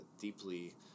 deeply